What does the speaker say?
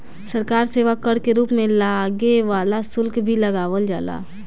सरकार सेवा कर के रूप में लागे वाला शुल्क भी लगावल जाला